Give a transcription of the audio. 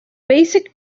basic